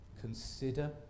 consider